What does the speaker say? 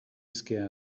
scared